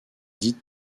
dite